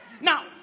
Now